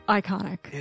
iconic